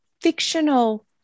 fictional